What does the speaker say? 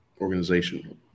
organization